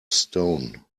stone